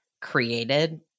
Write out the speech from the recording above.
created